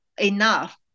enough